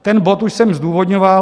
Ten bod už jsem zdůvodňoval.